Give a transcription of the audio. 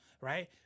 right